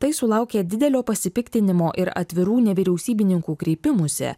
tai sulaukė didelio pasipiktinimo ir atvirų nevyriausybininkų kreipimųsi